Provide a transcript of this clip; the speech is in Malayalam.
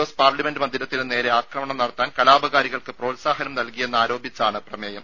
എസ് പാർലമെന്റ് മന്ദിരത്തിന് നേരെ ആക്രമണം നടത്താൻ കലാപകാരികൾക്ക് പ്രോത്സാഹനം നൽകിയെന്ന് ആരോപിച്ചാണ് പ്രമേയം